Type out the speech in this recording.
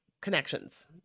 connections